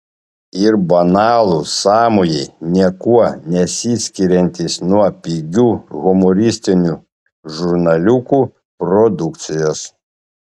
ir banalūs sąmojai niekuo nesiskiriantys nuo pigių humoristinių žurnaliukų produkcijos